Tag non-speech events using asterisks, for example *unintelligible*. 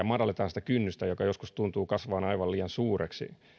*unintelligible* madalletaan sitä kynnystä joka joskus tuntuu kasvavan aivan liian suureksi